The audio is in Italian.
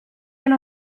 una